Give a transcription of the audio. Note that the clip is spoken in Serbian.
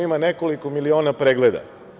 Ima nekoliko miliona pregleda.